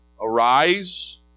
Arise